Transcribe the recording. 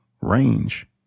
range